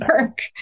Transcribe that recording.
work